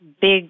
big